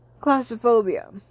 claustrophobia